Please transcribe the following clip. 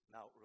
Now